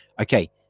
Okay